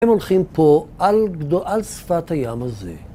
הם הולכים פה על שפת הים הזה.